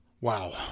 Wow